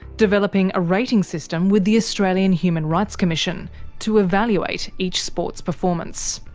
developing a rating system with the australian human rights commission to evaluate each sport's performance.